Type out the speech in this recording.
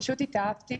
פשוט התאהבתי